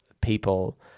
people